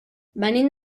venim